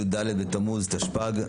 י"ד בתמוז תשפ"ג,